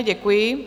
Děkuji.